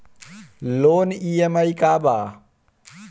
Loan EMI का बा?